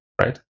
right